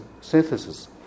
synthesis